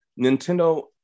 Nintendo